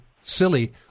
silly